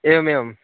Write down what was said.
एवमेवम्